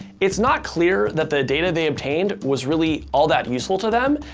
it's not clear that the data they obtained was really all that useful to them,